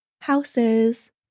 houses